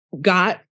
got